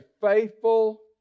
faithful